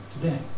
today